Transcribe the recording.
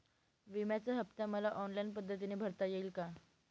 विम्याचा हफ्ता मला ऑनलाईन पद्धतीने भरता येईल का?